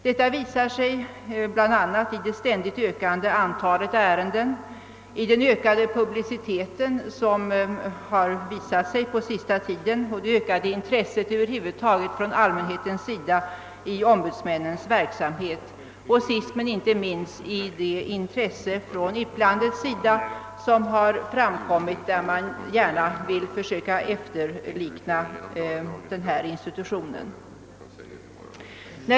Detta visar bl.a. det ständigt ökande antalet ärenden, den ökade publicitet som ägnats riksdagens ombudsmän på senare tid och det ökade intresset över huvud taget från allmänhetens sida för ombudsmännens verksamhet. Ett påtagligt intresse från utlandets sida har också framkommit. Man vill där gärna försöka efterlikna vår ombudsmannainstitution.